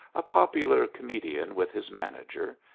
a popular comedian with his manager,